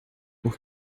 por